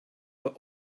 were